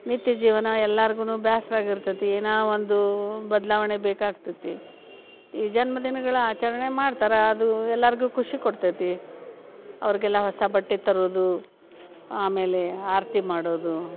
ನಿತ್ಯ ಜೀವನ ಎಲ್ಲಾರ್ಗೂ ಬೇಸ್ರ ಆಗಿರ್ತತಿ ಏನೋ ಒಂದು ಬದಲಾವಣೆ ಬೇಕಾಗ್ತತಿ ಈ ಜನ್ಮ ದಿನಗಳ ಆಚರಣೆ ಮಾಡ್ತಾರ ಅದು ಎಲ್ಲರ್ಗೂ ಖುಷಿ ಕೊಡ್ತತಿ ಅವ್ರಿಗೆಲ್ಲ ಹೊಸ ಬಟ್ಟೆ ತರುವುದು ಆಮೇಲೆ ಆರತಿ ಮಾಡೋದು